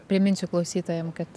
priminsiu klausytojam kad